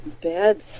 bad